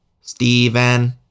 Steven